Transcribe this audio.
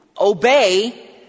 obey